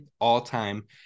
all-time